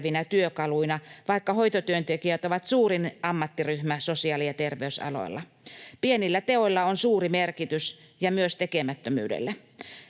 työkaluina, vaikka hoitotyöntekijät ovat suurin ammattiryhmä sosiaali‑ ja terveysaloilla. Pienillä teoilla on suuri merkitys, ja myös tekemättömyydellä.